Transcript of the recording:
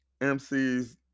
MCs